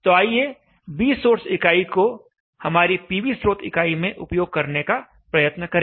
तो आइए B source इकाई को हमारी पीवी स्रोत इकाई में उपयोग करने का प्रयत्न करें